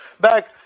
back